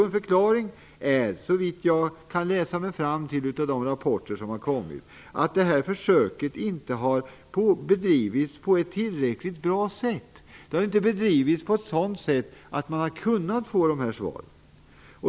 En förklaring är, såvitt jag kunnat läsa mig till av de rapporter som kommit ut, att försöket inte bedrivits på ett tillräckligt bra sätt. Det har inte bedrivits på ett sådant sätt att man hade kunnat få svaren.